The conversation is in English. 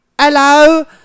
hello